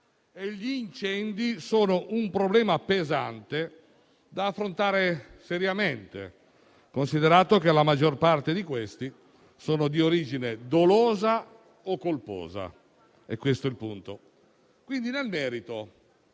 Gli incendi costituiscono un problema pesante da affrontare seriamente, considerato che la maggior parte di questi sono di origine dolosa o colposa. È questo il punto. Nel merito: